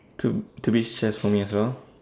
to to be stress for me as well